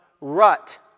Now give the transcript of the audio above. rut